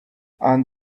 and